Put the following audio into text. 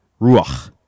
ruach